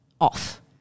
off